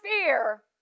fear